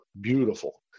beautiful